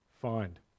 find